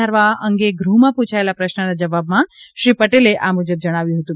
વધારવા અંગે ગૃહમાં પૂછાયેલા પ્રશ્નના જવાબમાં શ્રી પટેલે આ મુજબ જણાવ્યું હતું